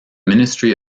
ministry